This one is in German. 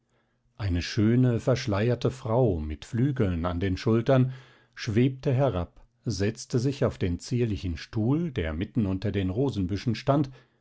eine schöne verschleierte frau mit flügeln an den schultern schwebte herab setzte sich auf den zierlichen stuhl der mitten unter den rosenbüschen stand